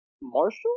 Marshall